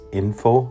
info